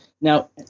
Now